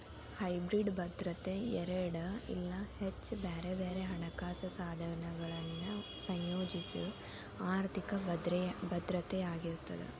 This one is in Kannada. ಹೈಬ್ರಿಡ್ ಭದ್ರತೆ ಎರಡ ಇಲ್ಲಾ ಹೆಚ್ಚ ಬ್ಯಾರೆ ಬ್ಯಾರೆ ಹಣಕಾಸ ಸಾಧನಗಳನ್ನ ಸಂಯೋಜಿಸೊ ಆರ್ಥಿಕ ಭದ್ರತೆಯಾಗಿರ್ತದ